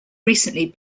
recently